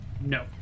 No